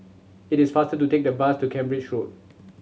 it is faster to take a bus to Cambridge Road